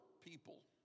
people